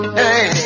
hey